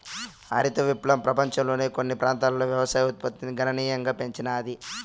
హరిత విప్లవం పపంచంలోని కొన్ని ప్రాంతాలలో వ్యవసాయ ఉత్పత్తిని గణనీయంగా పెంచినాది